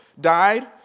died